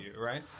right